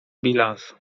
bilans